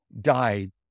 died